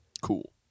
Cool